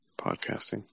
podcasting